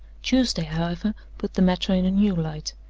tuesday, however, put the matter in a new light.